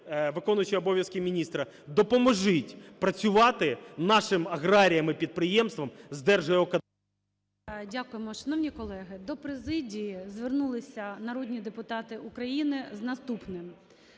виконуючого обов'язки міністра. Допоможіть працювати нашим аграріям і підприємствам з… ГОЛОВУЮЧИЙ. Дякуємо. Шановні колеги, до президії звернулися народні депутати України з наступним.